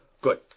Good